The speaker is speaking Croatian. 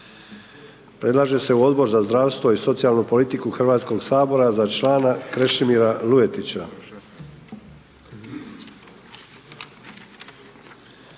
Predlaže se u Odbor za zdravstvo i socijalnu politiku HS-a za člana Krešimira Luetića.